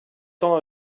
temps